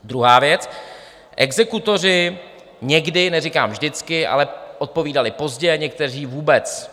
Druhá věc: exekutoři někdy neříkám vždycky odpovídali pozdě, a někteří vůbec.